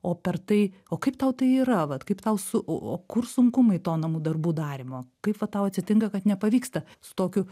o per tai o kaip tau tai yra vat kaip tau su o o kur sunkumai to namų darbų darymo kaip vat tau atsitinka kad nepavyksta su tokiu